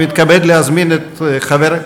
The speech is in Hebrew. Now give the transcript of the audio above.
אני מתכבד להזמין את חבר הכנסת,